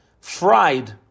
fried